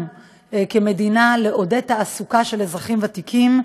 כמדינה לעודד תעסוקה של אזרחים ותיקים,